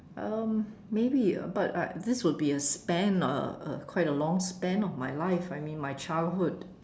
um maybe uh but I this would be a span a a quite a long span of my life I mean my childhood